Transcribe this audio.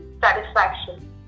satisfaction